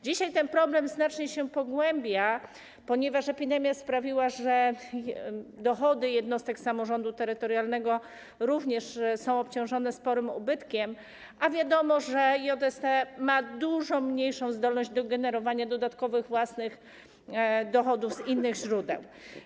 Dzisiaj ten problem znacznie się pogłębia, ponieważ epidemia sprawiła, że dochody jednostek samorządu terytorialnego również są obciążone sporym ubytkiem, a wiadomo, że JST ma dużo mniejszą zdolność do generowania dodatkowych własnych dochodów z innych źródeł.